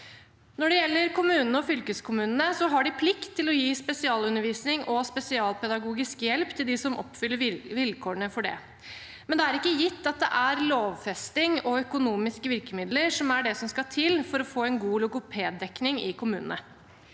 Når det gjelder kommunene og fylkeskommunene, har de plikt til å gi spesialundervisning og spesialpedagogisk hjelp til dem som oppfyller vilkårene for det. Det er ikke gitt at det er lovfesting og økonomiske virkemidler som er det som skal til for å få en god logopeddekning i kommunene.